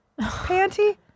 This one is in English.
panty